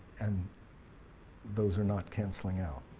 and those are not canceling out.